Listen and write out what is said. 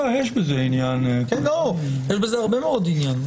יש בזה הרבה מאוד עניין.